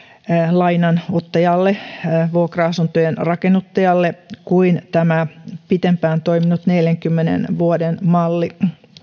lainanottajalle vuokra asuntojen rakennuttajalle kuin tämä pidempään toiminut neljänkymmenen vuoden malli